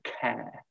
care